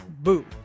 boo